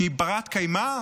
שהיא בת-קיימא,